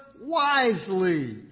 wisely